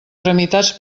tramitats